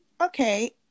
Okay